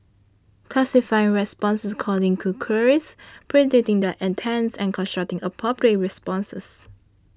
classifying responses according to queries predicting their intents and constructing appropriate responses